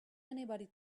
anybody